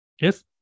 yes